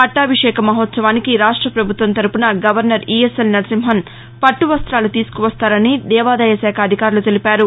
పట్టాభిషేక మహోత్సవానికి రాష్ట పభుత్వం తరఫున గవర్నర్ ఈఎస్ఎల్ నరసింహన్ పట్టవస్తాలు తీసుకు వస్తారని దేవాదాయ శాఖ అధికారులు తెలిపారు